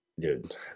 Dude